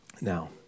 Now